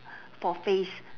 for face